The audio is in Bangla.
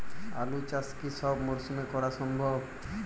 আলু চাষ কি সব মরশুমে করা সম্ভব?